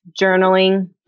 Journaling